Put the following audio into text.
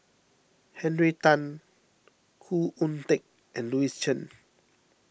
Henry Tan Khoo Oon Teik and Louis Chen